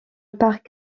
parc